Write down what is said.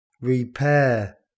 repair